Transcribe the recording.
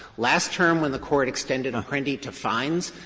last term, when the court extended apprendi to fines,